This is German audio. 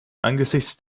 angesichts